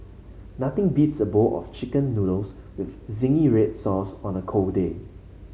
nothing beats a bowl of chicken noodles with zingy red sauce on a cold day